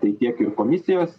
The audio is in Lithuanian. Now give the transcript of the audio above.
tai tiek ir komisijos